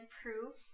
proof